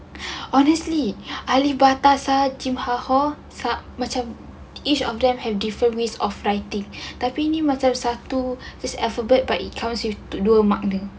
honestly alif ba ta gim ha ho macam each of them have different way of writing tapi ini macam satu this alphabet but it cause you to do a makna